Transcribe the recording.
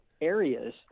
areas